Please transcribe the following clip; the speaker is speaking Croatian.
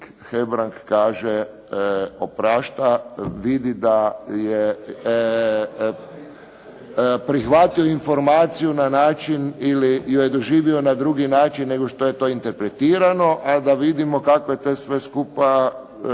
Hebrang kaže oprašta, vidi da je prihvatio informaciju na način ili ju je doživio na drugi način nego što je to interpretirano. A da vidimo kako je to sve skupa